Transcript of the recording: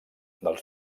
dels